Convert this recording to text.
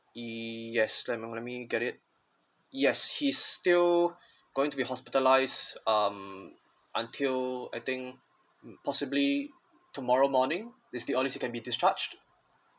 yes let me get it yes he's still going to be hospitalised um until I think mm possibly tomorrow morning is he only can be discharged